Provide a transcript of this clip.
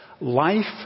life